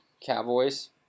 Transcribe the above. Cowboys